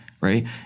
Right